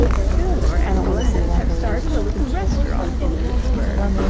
fillmore and gladys have started a little restaurant in pittsburg.